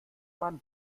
man